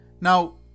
Now